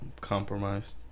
compromised